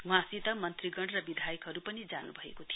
वहाँसित मन्त्रीगण र विधायकहरू पनि जानु भएको थियो